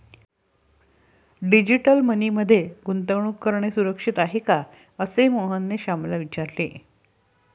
digital money मध्ये गुंतवणूक करणे सुरक्षित आहे का, असे मोहनने श्यामला विचारले